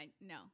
no